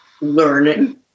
learning